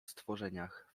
stworzeniach